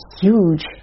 huge